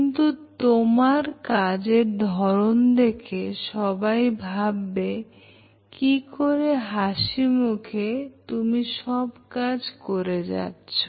কিন্তু তোমার কাজের ধরন দেখে সবাই ভাববে কি করে হাসিমুখে তুমি সব কাজ করে যাচ্ছ